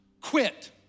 quit